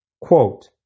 Quote